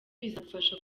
bizadufasha